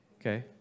okay